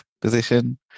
position